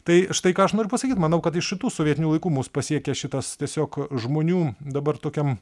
tai štai ką aš noriu pasakyt manau kad iš šitų sovietinių laikų mus pasiekė šitas tiesiog žmonių dabar tokiam